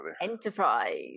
Enterprise